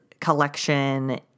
collection